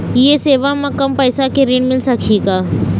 ये सेवा म कम पैसा के ऋण मिल सकही का?